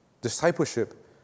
Discipleship